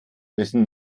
wessen